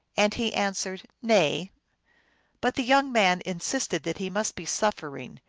and he answered, nay but the young man insisted that he must be suffering,